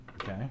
Okay